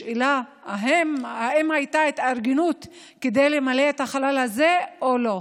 השאלה אם הייתה התארגנות כדי למלא את החלל הזה או לא.